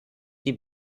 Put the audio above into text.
die